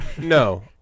no